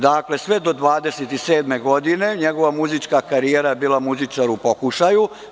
Dakle, sve do 27. godine, njegova muzička karijera je bila muzičar u pokušaja.